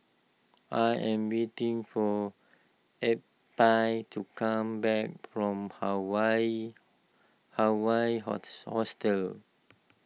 I am waiting for Eppie to come back from Hawaii Hawaii Host Hostel